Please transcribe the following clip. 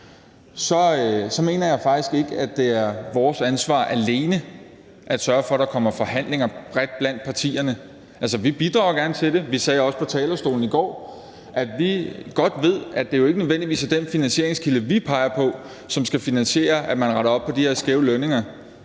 mener jeg faktisk ikke, at det er vores ansvar alene at sørge for, at der kommer forhandlinger bredt blandt partierne. Altså, vi bidrager gerne til det, og vi sagde også på talerstolen i går, at vi godt ved, at det ikke nødvendigvis er den finansieringskilde, vi peger på, som skal finansiere, at man retter op på de her skæve lønninger.